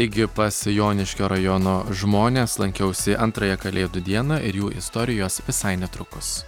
taigi pas joniškio rajono žmones lankiausi antrąją kalėdų dieną ir jų istorijos visai netrukus